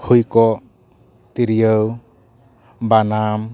ᱦᱩᱭ ᱠᱚᱜ ᱛᱤᱨᱭᱟᱹ ᱵᱟᱱᱟᱢ